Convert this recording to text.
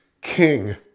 King